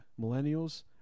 Millennials